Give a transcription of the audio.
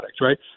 right